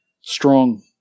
strong